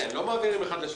כן, לא מעבירים אחד לשני.